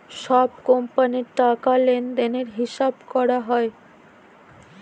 সব কোম্পানির টাকা লেনদেনের হিসাব করা হয়